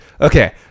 Okay